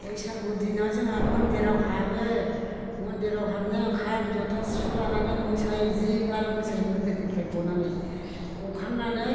बैसागु दिनाव जोंहा मन्दिराव हाबो मन्दिराव हाबनायाव खाम जथा सिफुं लानानै मोसायो जि आराम मोसायो मन्दिरनिफ्राय गनानै गखांनानै